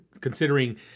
considering